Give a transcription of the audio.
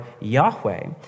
Yahweh